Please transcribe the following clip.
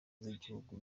z’igihugu